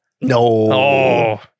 No